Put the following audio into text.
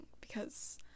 because-